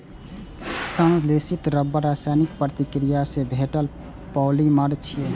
संश्लेषित रबड़ रासायनिक प्रतिक्रिया सं भेटल पॉलिमर छियै